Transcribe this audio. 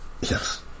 Yes